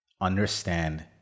understand